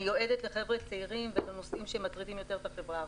מיועדת לחבר'ה צעירים ולנושאים שמטרידים יותר את החברה הערבית.